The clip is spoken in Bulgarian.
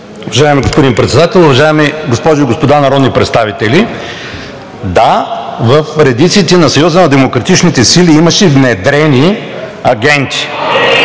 Уважаеми господин Председател, уважаеми госпожи и господа народни представители! Да, в редиците на Съюза на